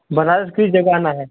बनारस किस जगह आना है